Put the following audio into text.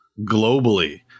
globally